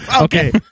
Okay